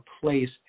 place